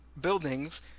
buildings